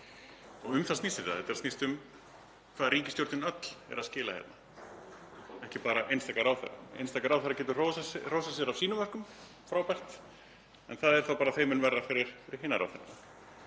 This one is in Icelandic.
Um það snýst þetta, þetta snýst um hvað ríkisstjórnin öll er að skila hérna, ekki bara einstaka ráðherra. Einstaka ráðherra getur hrósað sér af sínum verkum, frábært, en það er þá bara þeim mun verra fyrir hina